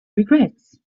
regrets